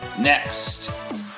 Next